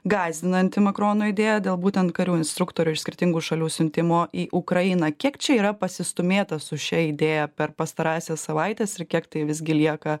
gąsdinanti makrono idėja dėl būtent karių instruktorių iš skirtingų šalių siuntimo į ukrainą kiek čia yra pasistūmėta su šia idėja per pastarąsias savaites ir kiek tai visgi lieka